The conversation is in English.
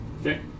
Okay